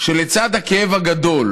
אמרתי שלצד הכאב הגדול